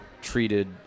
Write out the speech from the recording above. treated